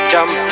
Jump